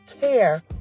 care